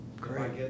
Great